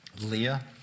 Leah